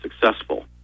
successful